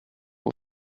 was